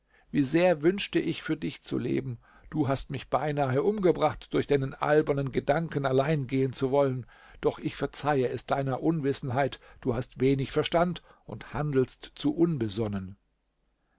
wie sehr wünschte ich für dich zu leben du hast mich beinahe umgebracht durch deinen albernen gedanken allein gehen zu wollen doch ich verzeihe es deiner unwissenheit du hast wenig verstand und handelst zu unbesonnen